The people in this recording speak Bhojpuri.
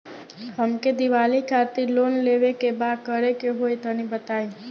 हमके दीवाली खातिर लोन लेवे के बा का करे के होई तनि बताई?